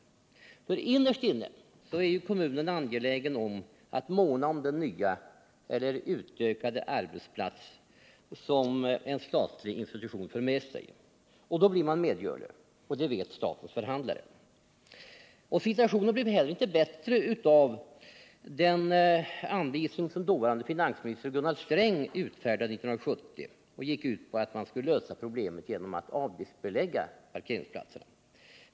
Innerst inne är kommunen angelägen om att måna om den nya eller utökade arbetsplats som en statlig institution för med sig. Därför blir man medgörlig, och det vet statens förhandlare. Situationen blev heller inte bättre sedan den dåvarande finansministern Gunnar Sträng 1970 utfärdat anvisningar, som gick ut på att man skulle lösa problemet genom att avgiftsbelägga parkeringsplatserna.